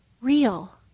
real